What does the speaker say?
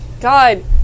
God